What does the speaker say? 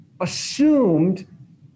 assumed